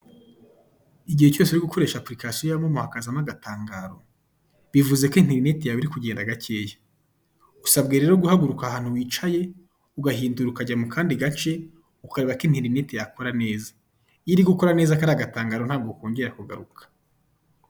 Igihe cyose uri gukoresha apulikasiyo ya momo hakazamo agatangaro, bivuze ko interineti iri kugenda gakeya; usabwe rero guhaguruka ahantu wicaye ugahindura ukajya mu kandi gace ukareba ko interineti yakora neza; iyo iri gukora neza kariya gatangaro ntago kongera kugaruka.